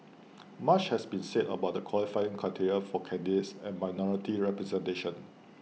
much has been said about the qualifying criteria for candidates and minority representation